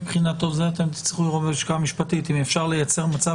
--- אתם תצטרכו לדבר עם הלשכה המשפטית אם אפשר לייצר מצב